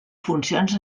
funcions